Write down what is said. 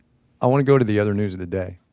i want to go to the other news of the day,